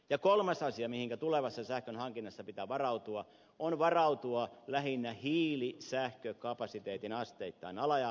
ja kolmas asia mihin tulevassa sähkönhankinnassa pitää varautua on lähinnä hiilisähkökapasiteetin asteittain alas ajaminen